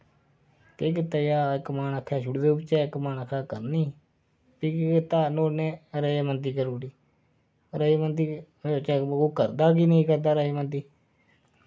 केह् कीत्ता जा इक मन आक्खै छोड़ी देउड़चै इक मन आक्खै करनी फ्ही केह् कीत्ता नुआढ़े नै रजामंदी करुड़ी रजामंदी में सोचेआ कि ओह् करदा कि नि करदा रजामंदी